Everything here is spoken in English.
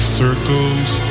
circles